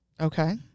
Okay